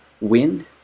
wind